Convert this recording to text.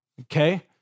okay